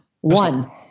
One